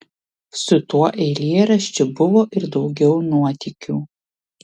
su tuo eilėraščiu buvo ir daugiau nuotykių